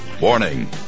Warning